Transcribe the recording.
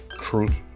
truth